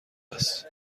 است